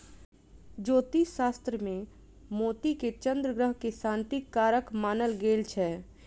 ज्योतिष शास्त्र मे मोती के चन्द्र ग्रह के शांतिक कारक मानल गेल छै